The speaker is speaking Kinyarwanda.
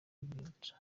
y’urwibutso